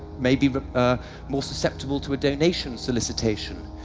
may be but more susceptible to a donation solicitation.